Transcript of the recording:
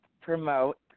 promote